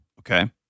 Okay